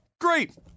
Great